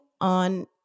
on